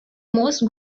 most